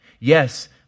Yes